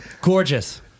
gorgeous